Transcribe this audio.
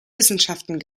wissenschaften